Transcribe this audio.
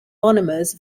monomers